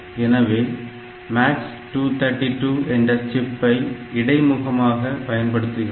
எனவே MAX232 என்ற சிப்பை இடைமுகமாக பயன்படுத்துகிறோம்